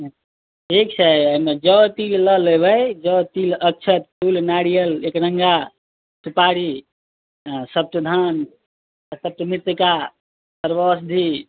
ठीक छै एहिमे जौ तिल लय लेबै जौ तिल अक्षत फूल नारियल एकरंगा सुपारी सप्तधान सप्तमृत्तिका